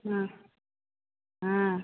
হুম হুম